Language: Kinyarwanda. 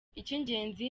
icy’ingenzi